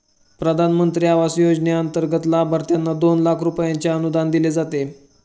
प्रधानमंत्री आवास योजनेंतर्गत लाभार्थ्यांना दोन लाख रुपयांचे अनुदान दिले जाते